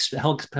help